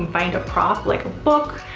find a prop, like a book,